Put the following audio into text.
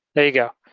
there you go.